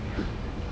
don't lie